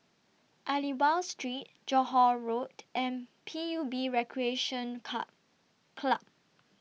Aliwal Street Johore Road and P U B Recreation Car Club